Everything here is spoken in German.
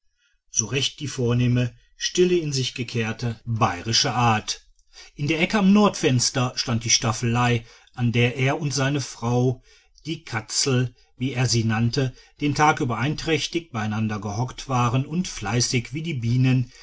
so recht die vornehme still in sich gekehrte bayrische art in der ecke am nordfenster stand die staffelei an der er und seine frau die katzel wie er sie nannte den tag über einträchtig beieinander gehockt waren und fleißig wie die bienen